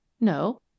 no